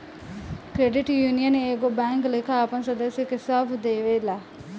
credit union एगो bank लेखा आपन सदस्य के सभ सेवा देला